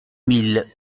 mille